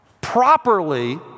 properly